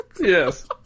Yes